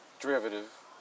derivative